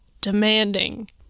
Demanding